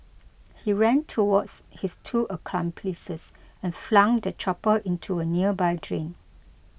he ran towards his two accomplices and flung the chopper into a nearby drain